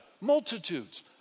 multitudes